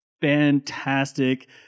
fantastic